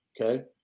okay